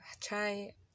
Try